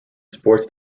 sports